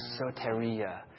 soteria